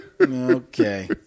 Okay